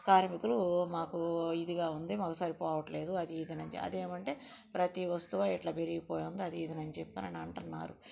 కార్మికులూ మాకు ఇదిగా ఉంది మాకు సరిపోవట్లేదు అదీ ఇదని చె అదేమంటే ప్రతి వస్తువు ఇట్లా పెరిగిపోయుంది అదీ ఇదని చెప్పి అని అంటన్నారు